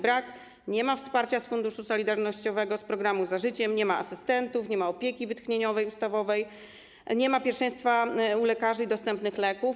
Brak, nie ma wsparcia z Funduszu Solidarnościowego, z programu „Za życiem”, nie ma asystentów, nie ma opieki wytchnieniowej, ustawowej, nie ma pierwszeństwa u lekarzy i dostępnych leków.